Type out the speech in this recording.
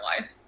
life